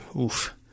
oof